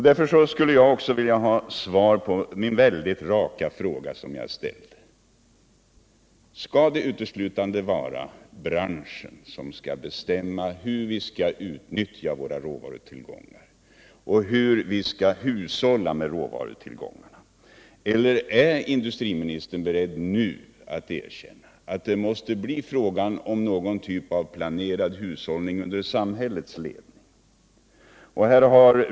Därför skulle jag också vilja ha svar på den mycket raka fråga som jag ställt: Skall det uteslutande vara branschen som skall bestämma hur vi skall utnyttja våra råvarutillgångar och hur vi skall hushålla med råvarutillgångarna, eller är industriministern nu beredd att erkänna att det måste bli fråga om någon typ av planerad hushållning under samhällets ledning?